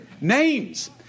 Names